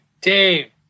dave